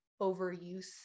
overuse